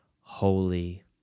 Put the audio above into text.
holy